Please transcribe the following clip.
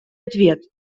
ответ